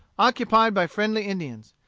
occupied by friendly indians.